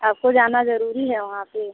आपको जाना ज़रूरी है वहाँ पर